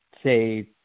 say